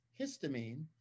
histamine